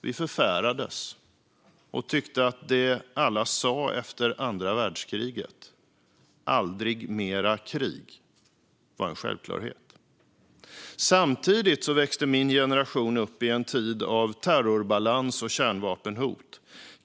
Vi förfärades och tyckte att det alla sa efter andra världskriget - "Aldrig mer krig" - var en självklarhet. Samtidigt växte min generation upp i en tid av terrorbalans och kärnvapenhot.